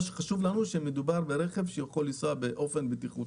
שחשוב לנו זה שמדובר ברכב שיכול לנסוע בבטיחות.